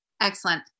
Excellent